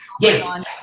yes